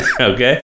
Okay